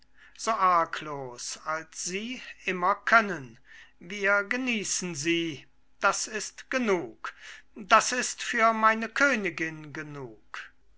so arglos als sie immer können wir genießen sie das ist genug das ist für meine königin genug